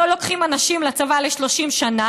לא לוקחים אנשים לצבא ל-30 שנה,